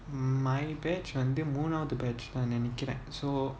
my batch வந்து மூணாவது:vanthu moonaavathu batch னு நினைக்கிறேன்:nu nenaikiren